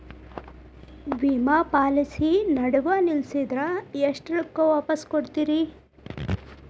ವಿಮಾ ಪಾಲಿಸಿ ನಡುವ ನಿಲ್ಲಸಿದ್ರ ಎಷ್ಟ ರೊಕ್ಕ ವಾಪಸ್ ಕೊಡ್ತೇರಿ?